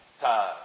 time